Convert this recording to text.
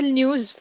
news